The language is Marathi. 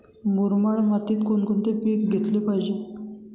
मुरमाड मातीत कोणकोणते पीक घेतले पाहिजे?